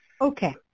Okay